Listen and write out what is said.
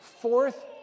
fourth